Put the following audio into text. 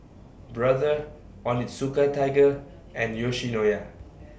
Brother Onitsuka Tiger and Yoshinoya